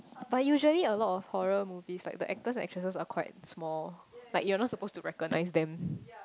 but usually a lot of horror movies like the actors and actresses are quite small like you're not suppose to recognize them